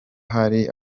hari